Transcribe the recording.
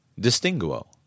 Distinguo